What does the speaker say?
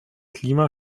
klima